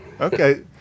okay